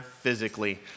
physically